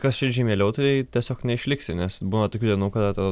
kas širdžiai mieliau tai tiesiog neišliksi nes būna tokių dienų kada tau